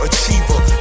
Achiever